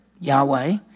Yahweh